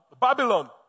Babylon